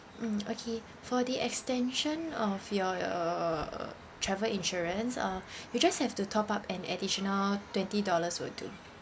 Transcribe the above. mm okay for the extension of your err travel insurance uh you just have to top up an additional twenty dollars will do